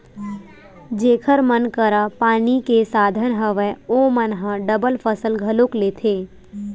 जेखर मन करा पानी के साधन हवय ओमन ह डबल फसल घलोक लेथे